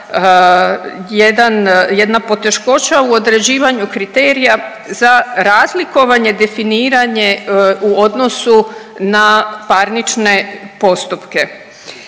jedna poteškoća u određivanju kriterija za razlikovanje, definiranje u odnosu na parnične postupke.